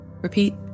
Repeat